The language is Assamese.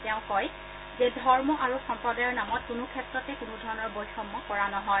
তেওঁ কয় যে ধৰ্ম আৰু সম্প্ৰদায়ৰ নামত কোনো ক্ষেত্ৰতো কোনোধৰণৰ বৈষম্য কৰা নহয়